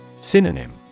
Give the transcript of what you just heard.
Synonym